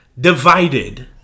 divided